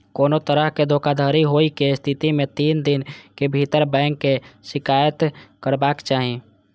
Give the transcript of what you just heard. कोनो तरहक धोखाधड़ी होइ के स्थिति मे तीन दिन के भीतर बैंक के शिकायत करबाक चाही